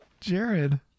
Jared